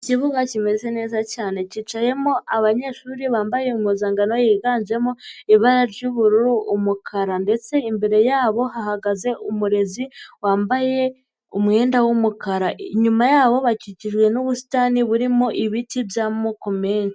Ikibuga kimeze neza cyane, cyicayemo abanyeshuri bambaye impuzankano yiganjemo ibara ry'ubururu, umukara ndetse imbere yabo hahagaze umurezi wambaye umwenda w'umukara, inyuma yabo bakikijwe n'ubusitani burimo ibiti by'amoko menshi.